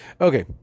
Okay